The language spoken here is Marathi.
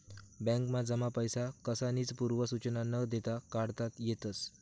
बॅकमा जमा पैसा कसानीच पूर्व सुचना न देता काढता येतस